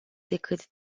decât